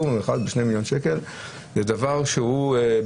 פטור ממכרז מ-2 מיליון שקל זה דבר שבתוך